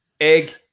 egg